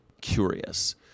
curious